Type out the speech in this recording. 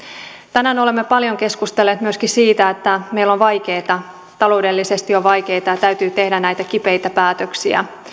tänään olemme paljon keskustelleet myöskin siitä että meillä on vaikeata taloudellisesti on vaikeata ja täytyy tehdä näitä kipeitä päätöksiä